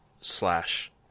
slash